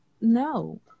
No